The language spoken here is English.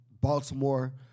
Baltimore